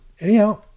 Anyhow